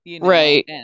right